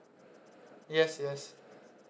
yes yes